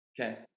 Okay